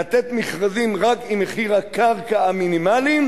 לתת מכרזים רק עם מחירי הקרקע המינימליים,